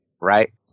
right